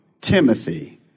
Timothy